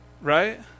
Right